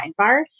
sidebar